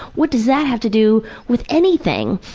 what does that have to do with anything?